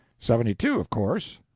seventy-two, of course.